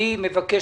אני מבקש